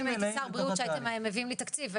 אם הייתי שר הבריאות שהייתם מביאים לי תקציב,